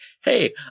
Hey